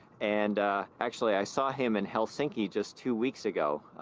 and actually i saw him in helsinki just two weeks ago,